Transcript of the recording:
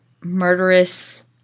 murderous